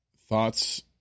thoughts